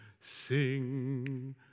sing